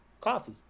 coffee